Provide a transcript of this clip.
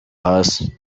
hasi